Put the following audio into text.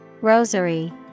Rosary